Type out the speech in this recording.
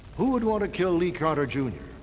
who would want to kill lee carter, jr?